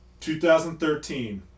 2013